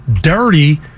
dirty